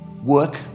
work